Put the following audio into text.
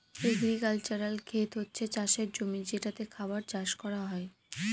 agricultural খেত হচ্ছে চাষের জমি যেটাতে খাবার চাষ করা হয়